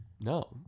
no